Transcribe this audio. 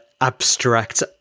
abstract